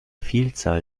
vielzahl